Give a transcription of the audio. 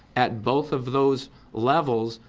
at both of those levels,